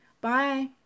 bye